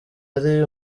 ari